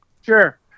Sure